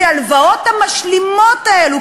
כי ההלוואות המשלימות האלה,